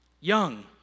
young